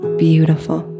beautiful